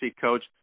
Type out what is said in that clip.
coach